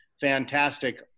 fantastic